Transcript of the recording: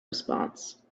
response